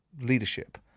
leadership